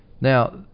Now